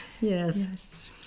Yes